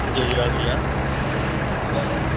जय झूलेलाल भईया